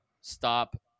stop